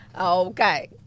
Okay